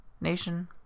nation